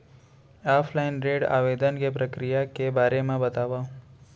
Offline ऋण आवेदन के प्रक्रिया के बारे म बतावव?